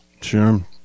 Sure